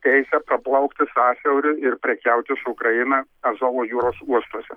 teisę praplaukti sąsiauriu ir prekiauti su ukraina azovo jūros uostuose